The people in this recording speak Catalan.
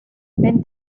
ven